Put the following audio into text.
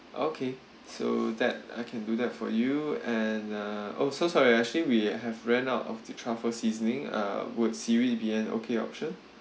okay so that I can do that for you and uh oh so sorry actually we have ran out of the truffle seasoning uh would seaweed be an okay option